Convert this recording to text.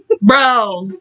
bro